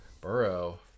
Burrow